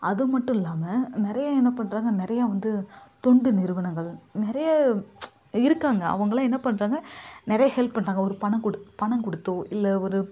அது மட்டும் இல்லாமல் நிறைய என்ன பண்ணுறாங்க நிறைய வந்து தொண்டு நிறுவனங்கள் நிறைய இருக்காங்க அவங்க எல்லாம் என்ன பண்ணுறாங்க நிறைய ஹெல்ப் பண்ணுறாங்க ஒரு பணம் கொடுத் பணம் கொடுத்தோ இல்லை ஒரு